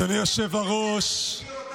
שלא יספרו לי סיפורים.